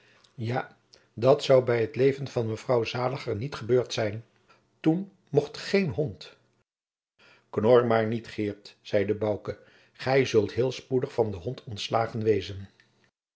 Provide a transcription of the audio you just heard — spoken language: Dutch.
ja dat zou bij het leven van mevrouw zaliger niet gebeurd zijn toen mocht geen hond knor maar niet geert zeide bouke gij zult heel spoedig van den hond ontslagen wezen